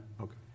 okay